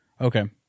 Okay